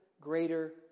greater